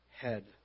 head